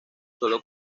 sólo